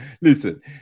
listen